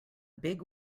big